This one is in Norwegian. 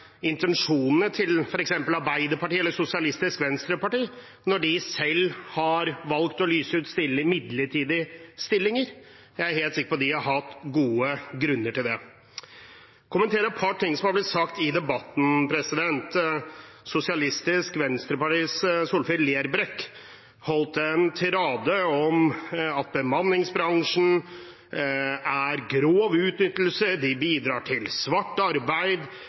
intensjonene til f.eks. Arbeiderpartiet eller Sosialistisk Venstreparti, når de selv har valgt å lyse ut midlertidige stillinger. Jeg er helt sikker på at de har hatt gode grunner til det. Jeg vil kommentere et par ting som er blitt sagt i debatten. Sosialistisk Venstrepartis Solfrid Lerbrekk holdt en tirade om at i bemanningsbransjen er det grov utnyttelse, den bidrar til svart arbeid